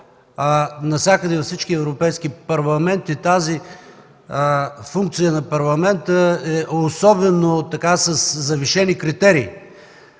Навсякъде, във всички европейски парламенти, тази функция на парламента е със завишени критерии.